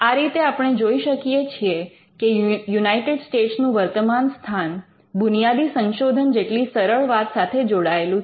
આ રીતે આપણે જોઈ શકીએ છીએ કે યુનાઈટેડ સ્ટેટ્સ નું વર્તમાન સ્થાન બુનિયાદી સંશોધન જેટલી સરળ વાત સાથે જોડાયેલું છે